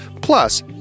Plus